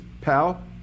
pal